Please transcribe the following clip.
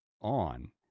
on